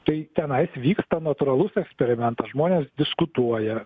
tai tenais vyksta natūralus eksperimentas žmonės diskutuoja